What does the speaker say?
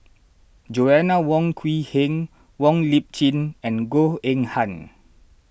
Joanna Wong Quee Heng Wong Lip Chin and Goh Eng Han